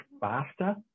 faster